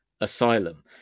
asylum